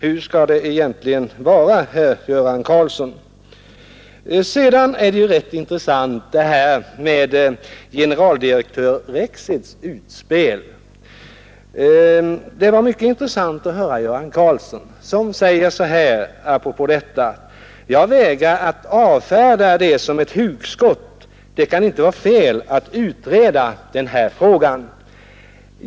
Hur skall man egentligen ha det, herr Göran Karlsson? Generaldirektör Rexeds utspel är ju rätt intressant. Det var mycket intressant att höra att herr Göran Karlsson apropå detta sade: Jag vägrar att avfärda det som ett hugskott. Det kan inte vara fel att utreda den här frågan.